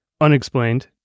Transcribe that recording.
unexplained